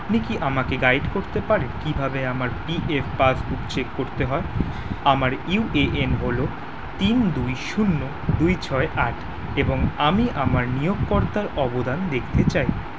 আপনি কি আমাকে গাইড করতে পারেন কিভাবে আমার পি এফ পাসবুক চেক করতে হয় আমার ইউ এ এন হলো তিন দুই শূন্য দুই ছয় আট এবং আমি আমার নিয়োগকর্তার অবদান দেখতে চাই